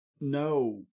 No